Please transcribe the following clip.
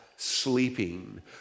sleeping